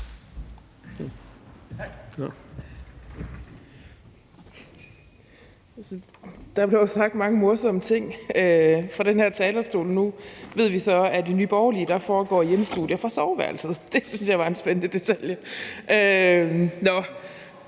Der bliver sagt mange morsomme ting fra den her talerstol. Nu ved vi så, at i Nye Borgerlige foregår hjemmestudier fra soveværelset. Det synes jeg var en spændende detalje.